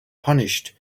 punished